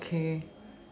okay